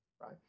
right